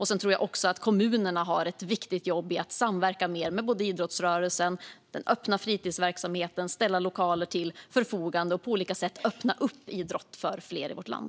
Sedan tror jag också att kommunerna har ett viktigt jobb i att samverka mer med både idrottsrörelsen och den öppna fritidsverksamheten för att ställa lokaler till förfogande och på olika sätt öppna upp idrotten för fler i vårt land.